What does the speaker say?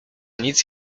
nic